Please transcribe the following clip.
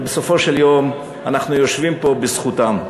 בסופו של דבר, אנחנו יושבים פה בזכותם.